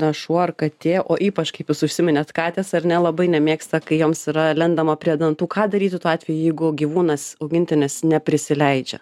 na šuo ar katė o ypač kaip jūs užsiminėt katės ar ne labai nemėgsta kai joms yra lendama prie dantų ką daryti tuo atveju jeigu gyvūnas augintinis neprisileidžia